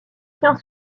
tient